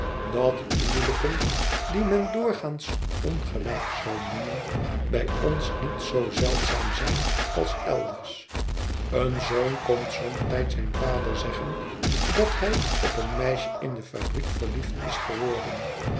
dat huwelijken die men doorgaans ongelijk zou noemen bij ons niet zoo zeldzaam zijn als elders een zoon komt somtijds zijn vader zeggen dat hij op een meisje in de fabriek verliefd is geworden